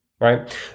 Right